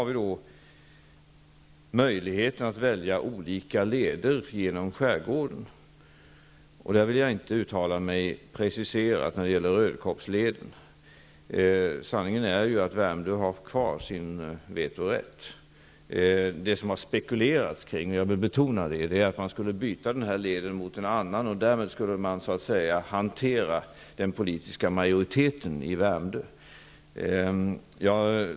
Vi har möjlighet att välja olika leder genom skärgården. Jag vill inte uttala mig preciserat när det gäller Rödkobbsleden. Sanningen är att Värmdö kommun har kvar sin vetorätt. Det har spekulerats kring att man skulle byta denna led mot en annan och därmed hantera den politiska majoriteten i Värmdö.